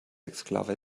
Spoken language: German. exklave